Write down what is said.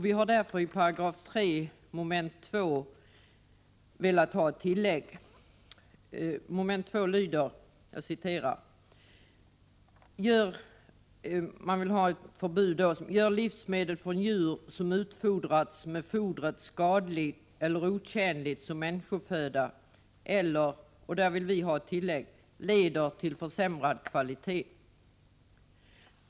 Till 3§ 2 p., som lyder: ”gör livsmedel från djur som utfodrats med fodret skadligt eller otjänligt som människoföda”, vill vi därför ha tillägget: ”eller leder till försämrad livsmedelskvalitet”.